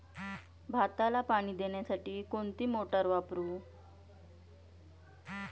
भाताला पाणी देण्यासाठी कोणती मोटार वापरू?